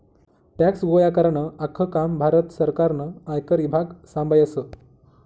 tax गोया करानं आख्खं काम भारत सरकारनं आयकर ईभाग संभायस